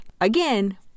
again